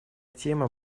тема